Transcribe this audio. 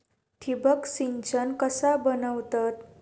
ठिबक सिंचन कसा बनवतत?